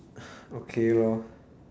okay lor